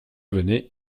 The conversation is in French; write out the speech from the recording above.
venais